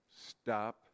stop